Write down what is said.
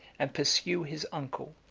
and pursue his uncle,